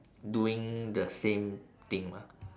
doing the same thing mah